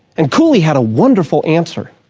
and cooley had a wonderful answer,